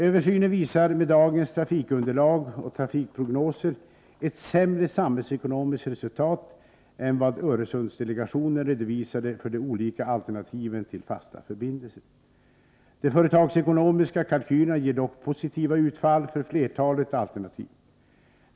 Översynen visar med dagens trafikunderlag och trafikprognoser ett sämre samhällsekonomiskt resultat än vad Öresundsdelegationen redovisade för de olika alternativen till fasta förbindelser. De företagsekonomiska kalkylerna ger dock positiva utfall för flertalet alternativ.